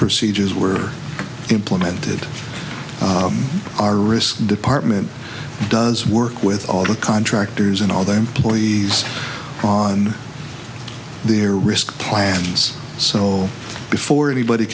procedures were implemented our risk department does work with all the contractors and all their employees on their risk plans so before anybody